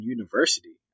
University